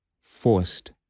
forced